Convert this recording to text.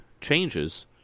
changes